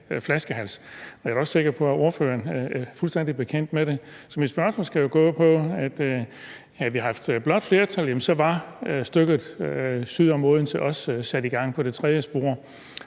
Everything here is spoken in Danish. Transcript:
flaskehals. Og jeg er da også sikker på, at ordføreren er fuldstændig bekendt med det. Så mit spørgsmål skal gå på, at hvis vi havde haft et blåt flertal, var stykket syd om Odense også sat i gang på det tredje spor.